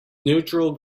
neutral